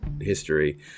history